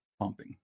pumping